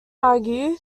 argue